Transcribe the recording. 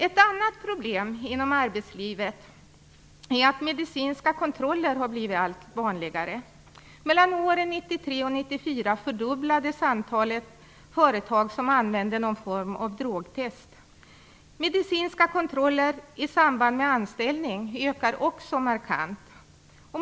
Ett annat problem inom arbetslivet är att medicinska kontroller har blivit allt vanligare. Mellan åren 1993 och 1994 fördubblades antalet företag som använde någon form av drogtest. Antalet medicinska kontroller i samband med anställning ökar också markant.